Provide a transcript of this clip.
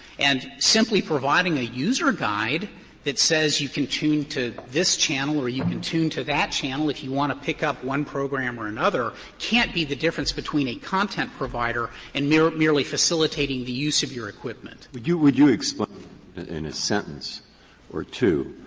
and simply providing a user guide that says you can tune to this channel or you can tune to that channel, if you want to pick up one program or another, can't be the difference between a content provider and merely merely facilitating the use of your equipment. breyer would you would you explain in a sentence or two,